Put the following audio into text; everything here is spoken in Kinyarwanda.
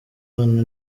abana